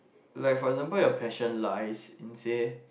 like for example you passion lies in say